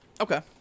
Okay